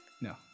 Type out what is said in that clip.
No